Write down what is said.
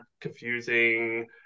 confusing